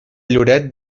lloret